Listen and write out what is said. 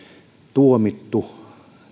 tuomittu